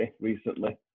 recently